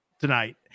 tonight